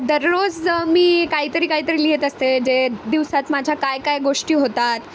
दररोज मी काहीतरी काहीतरी लिहीत असते जे दिवसात माझ्या काय काय गोष्टी होतात